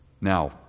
Now